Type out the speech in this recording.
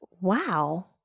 Wow